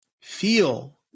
feel